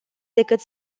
decât